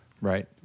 right